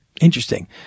interesting